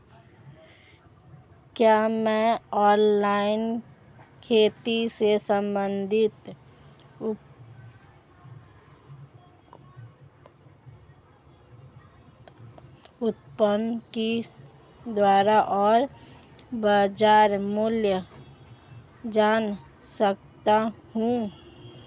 क्या मैं ऑनलाइन खेती से संबंधित उत्पादों की दरें और बाज़ार मूल्य जान सकता हूँ?